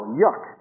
yuck